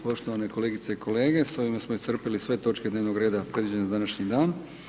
Poštovane kolegice i kolege s ovime smo iscrpili sve točke dnevnog reda predviđene za današnji dan.